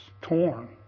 torn